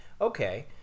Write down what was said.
okay